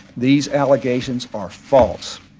these allegations are false.